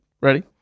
Ready